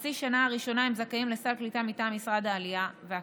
בחצי השנה הראשונה הם זכאים לסל קליטה מטעם משרד העלייה והקליטה.